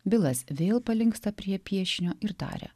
bilas vėl palinksta prie piešinio ir taria